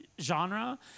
Genre